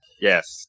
Yes